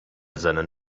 seinen